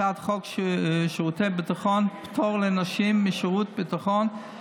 הצעת חוק שירות ביטחון (פטור לנשים משירות ביטחון),